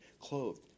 clothed